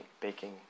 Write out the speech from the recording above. baking